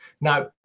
Now